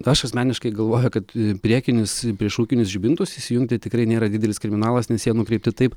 aš asmeniškai galvoju kad priekinius priešrūkinius žibintus įsijungti tikrai nėra didelis kriminalas nes jie nukreipti taip